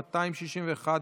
261),